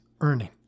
earning